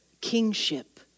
kingship